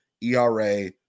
ERA